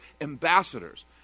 ambassadors